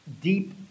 deep